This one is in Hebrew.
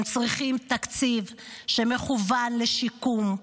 הם צריכים תקציב שמכוון לשיקום,